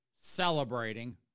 celebrating